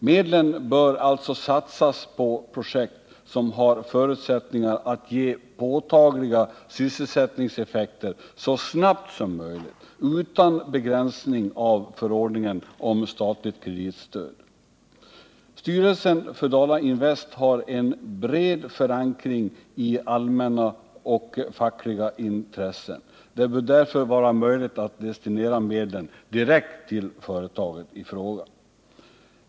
Medlen bör alltså satsas på projekt som har förutsättningar att ge påtagliga sysselsättningseffekter så snabbt som möjligt utan begränsning av förordningen om statligt kreditstöd. Styrelsen för Dala Invest AB har en bred förankring i allmänna och fackliga intressen. Det bör därför vara möjligt att destinera medlen direkt till företaget i fråga.